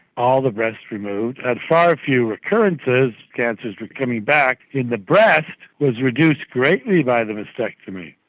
all the breast removed, had far fewer recurrences, cancers coming back in the breast was reduced greatly by the mastectomy,